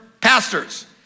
pastors